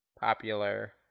popular